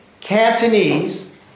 Cantonese